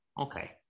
Okay